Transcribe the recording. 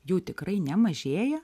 jų tikrai nemažėja